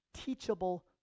teachable